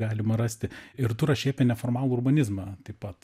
galima rasti ir tu rašei apie neformalų urbanizmą taip pat